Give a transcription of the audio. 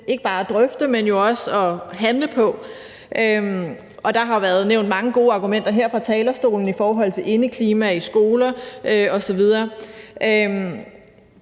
ikke bare at drøfte, men jo også at handle på. Der har været nævnt mange gode argumenter her fra talerstolen i forhold til indeklima i skoler osv.